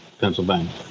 Pennsylvania